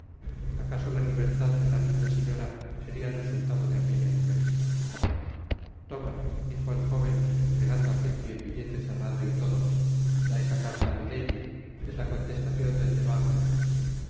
acaso la libertad de la linda señora seria el resultado de aquella entrevista toma dijo el jóven entregando á ketty el billete cerrado y todo dá esa carta á milady es la contestacion del de